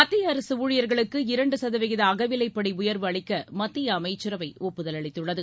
மத்திய அரசு ஊழியர்களுக்கு இரண்டு சதவீத அகவிலைப்படி உயர்வு அளிக்க மத்திய அமைச்சரவை ஒப்புதல் அளித்துள்ளது